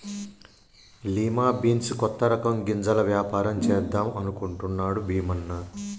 lima beans కొత్త రకం గింజల వ్యాపారం చేద్దాం అనుకుంటున్నాడు భీమన్న